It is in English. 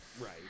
Right